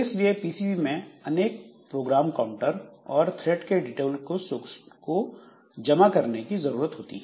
इसलिए पीसीबी में अनेक प्रोग्राम काउंटर और थ्रेड के डिटेल को स्टोर करने की जरूरत होती है